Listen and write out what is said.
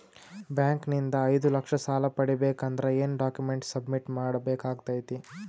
Bank ನಿಂದ ಐದು ಲಕ್ಷ ಸಾಲ ಪಡಿಬೇಕು ಅಂದ್ರ ಏನ ಡಾಕ್ಯುಮೆಂಟ್ ಸಬ್ಮಿಟ್ ಮಾಡ ಬೇಕಾಗತೈತಿ?